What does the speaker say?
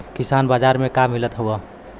किसान बाजार मे का मिलत हव?